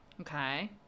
Okay